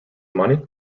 money